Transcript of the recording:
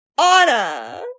Anna